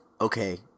okay